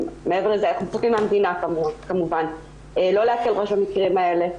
מעבר לזה אנחנו מצפים מהמדינה לא להקל ראש במקרים כאלה,